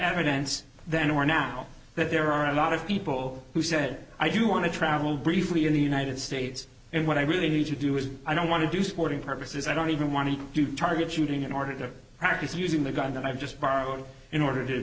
evidence then or now that there are a lot of people who said i do want to travel briefly in the united states and what i really need to do is i don't want to do sporting purposes i don't even want to do target shooting in order to practice using the gun that i've just borrowed in order to